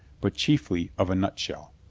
but chiefly of a nutshell.